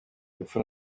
epfo